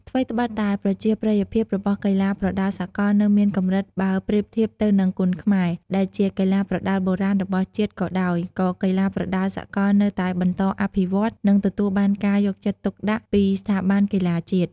ថ្វីត្បិតតែប្រជាប្រិយភាពរបស់កីឡាប្រដាល់សកលនៅមានកម្រិតបើប្រៀបធៀបទៅនឹង គុនខ្មែរ ដែលជាកីឡាប្រដាល់បុរាណរបស់ជាតិក៏ដោយ ក៏កីឡាប្រដាល់សកលនៅតែបន្តអភិវឌ្ឍ និងទទួលបានការយកចិត្តទុកដាក់ពីស្ថាប័នកីឡាជាតិ។